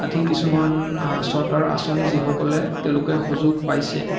আদি কিছুমান চৰকাৰৰ আঁচনি যিসকলে তেওঁলোকে সুযোগ পাইছে